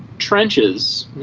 trenches,